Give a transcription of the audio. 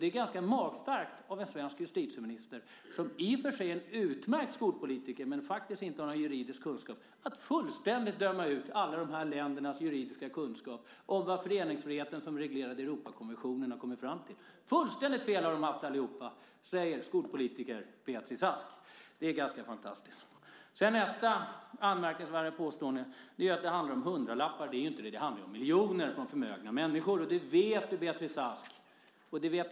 Det är ganska magstarkt av en svensk justitieminister, som i och för sig är en utmärkt skolpolitiker men som faktiskt inte har någon juridisk kunskap, att fullständigt döma ut alla de här ländernas juridiska kunskap om vad man har kommit fram till i föreningsfriheten, som är reglerad i Europakommissionen. De har haft fullständigt fel allihopa, säger skolpolitiker Beatrice Ask. Det är ganska fantastiskt. Nästa anmärkningsvärda påstående är att det handlar om hundralappar. Det gör det inte. Det handlar om miljoner från förmögna människor, och det vet Beatrice Ask.